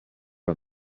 are